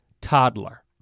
toddler